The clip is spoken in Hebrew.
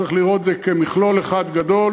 צריך לראות את זה כמכלול אחד גדול,